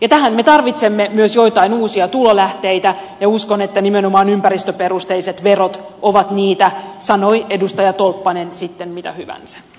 tähän me tarvitsemme myös joitain uusia tulolähteitä ja uskon että nimenomaan ympäristöperusteiset verot ovat niitä sanoi edustaja tolppanen sitten mitä hyvänsä